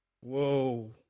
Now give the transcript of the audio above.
Whoa